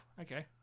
Okay